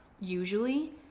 usually